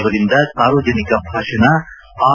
ಅವರಿಂದ ಸಾರ್ವಜನಿಕ ಭಾಷಣ ಆರ್